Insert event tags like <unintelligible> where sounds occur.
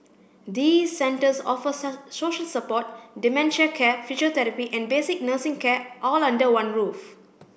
these centres offer <unintelligible> social support dementia care physiotherapy and basic nursing care all under one roof